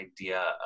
idea